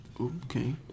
Okay